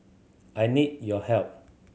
I need your help